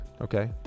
Okay